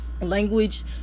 language